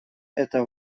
это